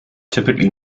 typically